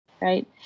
right